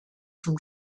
from